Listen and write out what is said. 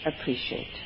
appreciate